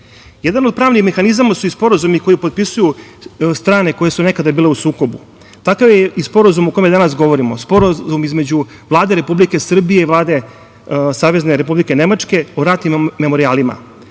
od pravnih mehanizama su i sporazumi koji potpisuju strane koje su nekada bile u sukobu. Takav je i sporazum o kome danas govorimo, sporazum između Vlade Republike Srbije i Vlade Savezne Republike Nemačke o ratnim memorijalima.